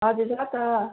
हजुर अँ त